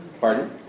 Pardon